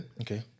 Okay